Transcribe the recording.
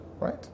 right